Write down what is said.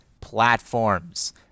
platforms